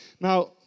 Now